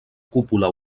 cúpula